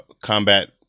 combat